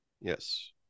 Yes